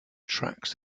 tracks